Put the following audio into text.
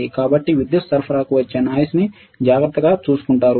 కాబట్టి విద్యుత్ సరఫరాకు వచ్చే నాయిస్ ని జాగ్రత్తగా చూసుకుంటారు